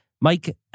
Mike